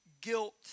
guilt